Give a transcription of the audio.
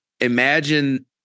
imagine